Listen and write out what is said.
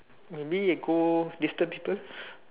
maybe we go disturb people